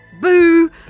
Boo